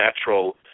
natural